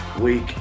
week